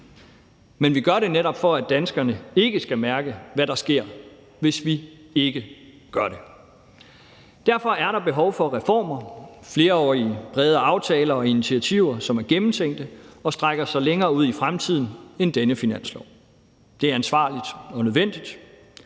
Men vi gør det netop, for at danskerne ikke skal mærke, hvad der sker, hvis vi ikke gør det. Derfor er der behov for reformer, flerårige brede aftaler og initiativer, som er gennemtænkte og strækker sig længere ud i fremtiden end denne finanslov. Det er ansvarligt og nødvendigt,